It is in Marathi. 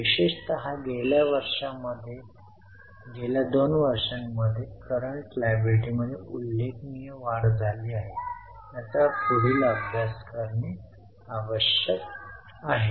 विशेषतः गेल्या वर्षांमध्ये गेल्या 2 वर्षांमध्ये करंट लायबिलिटीमध्ये उल्लेखनीय वाढ झाली आहे ज्याचा पुढील अभ्यास करणे आवश्यक आहे